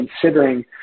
considering